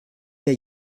der